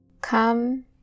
come